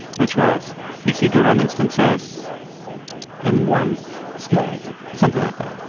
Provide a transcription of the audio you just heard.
which was e c two run instances and one small something like that,